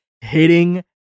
hitting